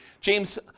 James